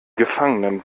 gefangenen